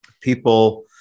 people